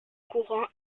courant